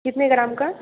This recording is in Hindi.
कितने ग्राम का